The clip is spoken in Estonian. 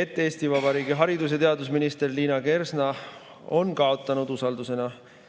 et Eesti Vabariigi haridus‑ ja teadusminister Liina Kersna on kaotanud usalduse